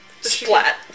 Splat